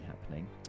happening